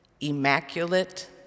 immaculate